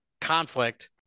conflict